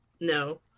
no